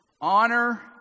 honor